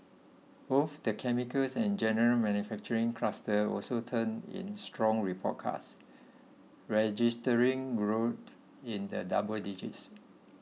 both the chemicals and general manufacturing clusters also turned in strong report cards registering growth in the double digits